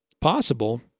possible